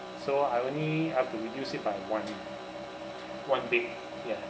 so I only I have to reduce it by one one bed ya